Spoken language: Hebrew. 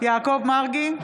יעקב מרגי,